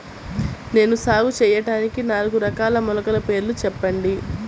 నేను సాగు చేయటానికి నాలుగు రకాల మొలకల పేర్లు చెప్పండి?